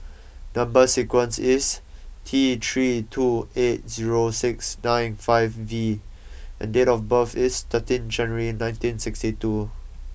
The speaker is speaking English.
number sequence is T three two eight zero six nine five V and date of birth is thirteenth January nineteen sixty two